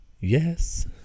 Yes